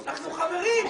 אנחנו חברים.